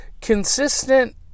consistent